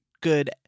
good